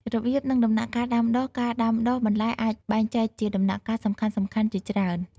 របៀប និងដំណាក់កាលដាំដុះការដាំដុះបន្លែអាចបែងចែកជាដំណាក់កាលសំខាន់ៗជាច្រើន។